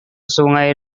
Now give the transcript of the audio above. sungai